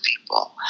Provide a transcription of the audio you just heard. people